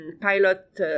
Pilot